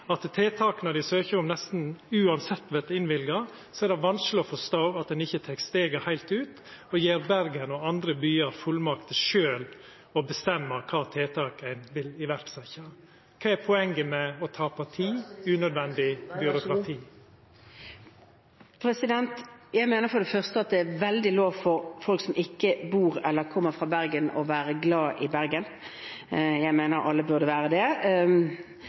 at tiltaka dei søkjer om, nesten uansett vert innvilga, er det vanskeleg å forstå at ein ikkje tek steget heilt ut og gjev Bergen og andre byar fullmakt til sjølve å bestemma kva tiltak ein vil setja i verk. Kva er poenget med å tapa tid på unødvendig byråkrati? Jeg mener for det første at folk som ikke bor i eller kommer fra Bergen, har veldig lov til å være glad i Bergen. Jeg mener alle burde være det,